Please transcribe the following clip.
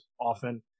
often